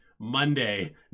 monday